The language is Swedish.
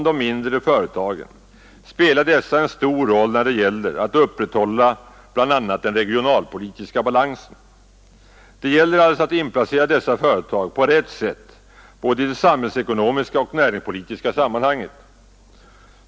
De mindre företagen spelar en stor roll bl.a. för att upprätthålla den regionalpolitiska balansen. Det gäller alltså att inplacera dessa företag på rätt sätt både i det samhällsekonomiska och i det näringspolitiska sammanhanget.